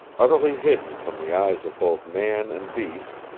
utterly hidden from the eyes of both man and beast,